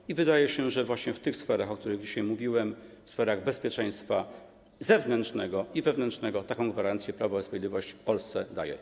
I wydaje się, że właśnie w tych sferach, o których dzisiaj mówiłem, w sferach bezpieczeństwa zewnętrznego i wewnętrznego, taką gwarancję Prawo i Sprawiedliwość Polsce daje.